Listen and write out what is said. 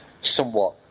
somewhat